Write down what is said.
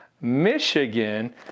Michigan